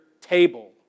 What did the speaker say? table